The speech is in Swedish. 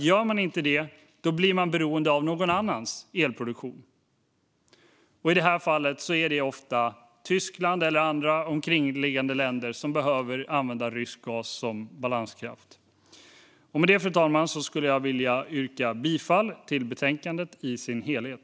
Gör man inte det blir man beroende av någon annans elproduktion. I det här fallet är det ju ofta Tyskland eller andra omkringliggande länder som behöver använda rysk gas som balanskraft. Med detta, fru talman, vill jag yrka bifall till utskottets förslag i dess helhet.